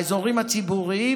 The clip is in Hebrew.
באזורים הציבוריים,